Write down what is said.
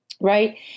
right